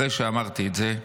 אחרי שאמרתי את זה,